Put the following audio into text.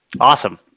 awesome